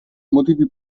motivi